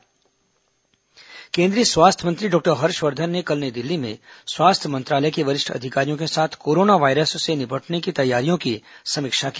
corona virus केंद्रीय स्वास्थ्य मंत्री डॉक्टर हर्षवर्धन ने कल नई दिल्ली में स्वास्थ्य मंत्रालय के वरिष्ठ अधिकारियों के साथ कोरोना वायरस से निपटने की तैयारियों की समीक्षा की